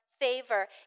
favor